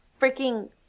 freaking